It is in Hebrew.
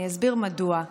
אני אסביר מדוע.